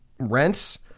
Rents